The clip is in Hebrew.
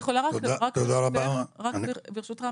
רק ברשותך,